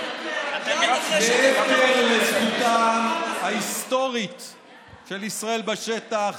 מעבר לזכותה ההיסטורית של ישראל בשטח,